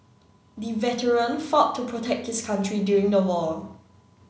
the veteran fought to protect his country during the war